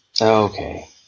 Okay